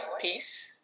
peace